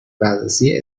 بررسی